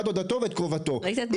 רשויות רלוונטיות וכל המשרדים